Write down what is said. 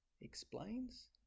explains